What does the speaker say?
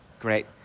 Great